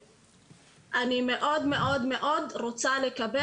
אני מאוד רוצה לקבל את התשובה.